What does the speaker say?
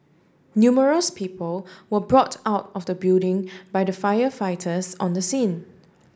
numerous people were brought out of the building by the firefighters on the scene